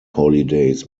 holidays